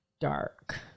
dark